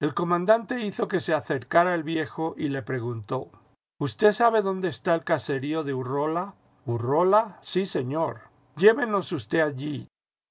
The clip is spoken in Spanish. el comandante hizo que se acercara el viejo y le preguntó justed sabe dónde está el caserío de urrola urrola sí señor llévenos usted allí